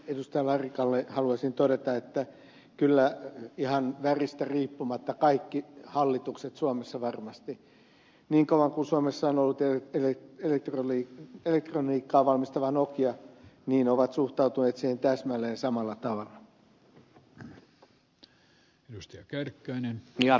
larikalle haluaisin todeta että kyllä ihan väristä riippumatta kaikki hallitukset suomessa varmasti niin kauan kuin suomessa on ollut elektroniikkaa valmistava nokia ovat suhtautuneet siihen täsmälleen samalla tavalla